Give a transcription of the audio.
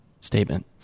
statement